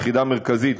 יחידה מרכזית,